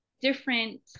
different